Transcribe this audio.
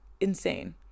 Insane